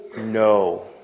No